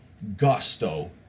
Gusto